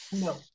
No